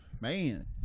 Man